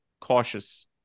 cautious